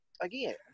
Again